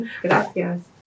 Gracias